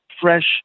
fresh